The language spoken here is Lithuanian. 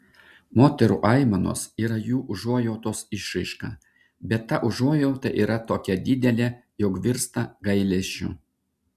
moterų aimanos yra jų užuojautos išraiška bet ta užuojauta yra tokia didelė jog virsta gailesčiu